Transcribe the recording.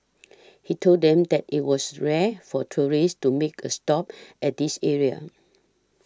he told them that it was rare for tourists to make a stop at this area